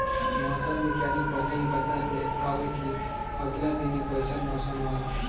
मौसम विज्ञानी पहिले ही बता देत हवे की आगिला दिने कइसन मौसम होई